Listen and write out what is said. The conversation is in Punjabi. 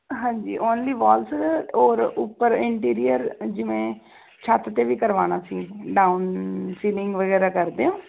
ਹਾਂਜੀ ਓਨਲੀ ਵਾਲਜ ਔਰ ਉੱਪਰ ਇੰਟੀਰੀਅਰ ਜਿਵੇਂ ਛੱਤ 'ਤੇ ਵੀ ਕਰਵਾਉਣਾ ਸੀ ਡਾਊਨ ਸੀਲਿੰਗ ਵਗੈਰਾ ਕਰਦੇ ਹੋ